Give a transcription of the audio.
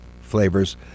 flavors